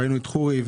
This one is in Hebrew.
חורי,